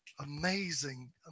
amazing